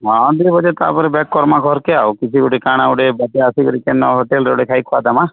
ହଁ ଦୁଇ ବଜେ ତାପରେ ବ୍ୟାକ୍ କର୍ମା ଘର କେ ଆଉ କିଛି ଗୋଟେ କାଣା ଗୋଟେ ଆସିକରି କେନ ହୋଟେଲ୍ରେ ଗୋଟେ ଖାଇ ଖୁଆ ଦମା